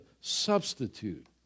substitute